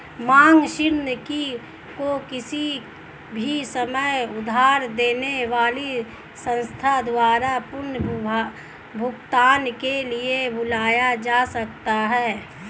मांग ऋण को किसी भी समय उधार देने वाली संस्था द्वारा पुनर्भुगतान के लिए बुलाया जा सकता है